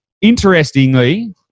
interestingly